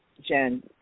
Jen